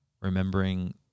remembering